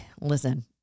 listen